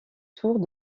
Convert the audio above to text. tours